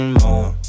more